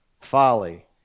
folly